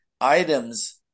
items